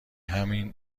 همین